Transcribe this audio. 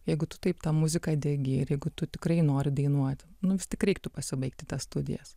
jeigu tu taip ta muzika diegi ir jeigu tu tikrai nori dainuoti nu vis tik reiktų pasibaigti tas studijas